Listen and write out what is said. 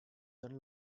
than